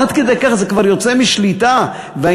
עד כדי כך זה כבר יוצא משליטה והאינטרסים